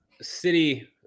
city